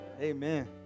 Amen